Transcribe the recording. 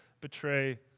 betray